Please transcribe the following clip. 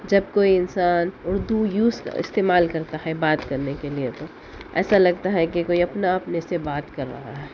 جب کوئی انسان اردو یوز استعمال کرتا ہے بات کرنے کے لئے تو ایسا لگتا ہے کہ کوئی اپنا اپنے سے بات کر رہا ہے